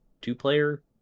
two-player